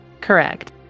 Correct